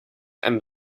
and